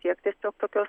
kiek tiesiog tokios